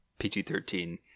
pg-13